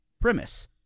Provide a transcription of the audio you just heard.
premise